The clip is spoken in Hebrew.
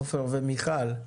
עופר ומיכל,